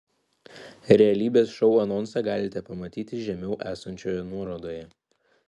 realybės šou anonsą galite pamatyti žemiau esančioje nuorodoje